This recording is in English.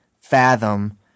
fathom